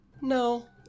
no